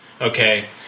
okay